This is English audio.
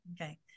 Okay